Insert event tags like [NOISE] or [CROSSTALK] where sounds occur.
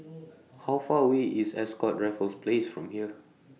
[NOISE] How Far away IS Ascott Raffles Place from here